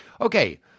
Okay